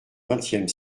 vingtième